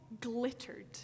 glittered